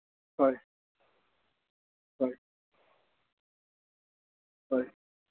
হয় হয় হয়